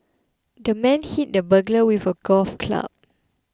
the man hit the burglar with a golf club